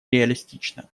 реалистично